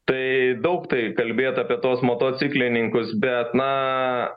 tai daug tai kalbėt apie tuos motociklininkus bet na